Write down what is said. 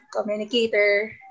communicator